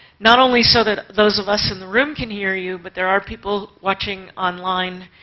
not only so that those of us in the room can hear you, but there are people watching online,